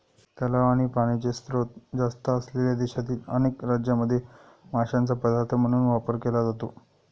तलाव आणि पाण्याचे स्त्रोत जास्त असलेल्या देशातील अनेक राज्यांमध्ये माशांचा पदार्थ म्हणून वापर केला जातो